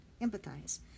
empathize